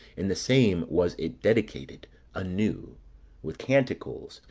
in the same was it dedicated anew with canticles,